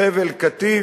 בחבל-קטיף,